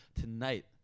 tonight